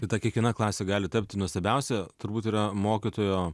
ir ta kiekviena klasė gali tapti nuostabiausia turbūt yra mokytojo